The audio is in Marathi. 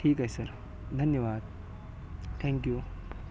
ठीक आहे सर धन्यवाद थँक्यू